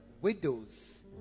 widows